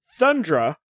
thundra